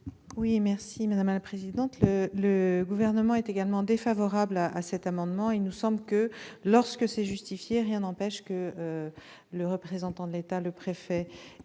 est l'avis du Gouvernement ? Le Gouvernement est également défavorable à cet amendement. Il nous semble que, lorsque c'est justifié, rien n'empêche le représentant de l'État, le préfet,